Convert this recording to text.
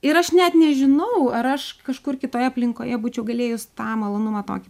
ir aš net nežinau ar aš kažkur kitoje aplinkoje būčiau galėjus tą malonumą tokį